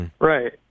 Right